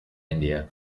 india